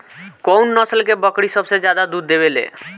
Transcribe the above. कउन नस्ल के बकरी सबसे ज्यादा दूध देवे लें?